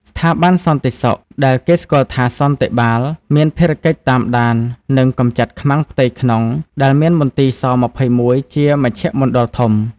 ស្ថាប័នសន្តិសុខដែលគេស្គាល់ថា «សន្តិបាល» មានភារកិច្ចតាមដាន និងកម្ចាត់ខ្មាំងផ្ទៃក្នុង ដែលមានមន្ទីរស-២១ ជាមជ្ឈមណ្ឌលធំ។